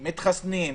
נגיד שמתחסנים,